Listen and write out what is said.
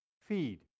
feed